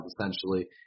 essentially